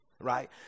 right